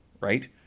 right